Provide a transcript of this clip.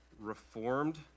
reformed